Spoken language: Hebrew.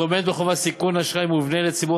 טומנת בחובה סיכון אשראי מובנה לציבור